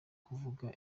kuvuga